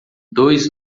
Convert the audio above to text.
dois